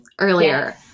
earlier